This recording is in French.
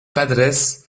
padres